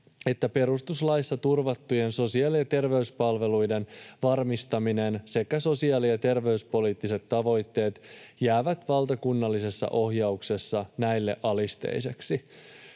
että perustuslaissa turvattujen sosiaali- ja terveyspalveluiden varmistaminen sekä sosiaali- ja terveyspoliittiset tavoitteet jäävät valtakunnallisessa ohjauksessa näille alisteiseksi.